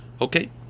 okay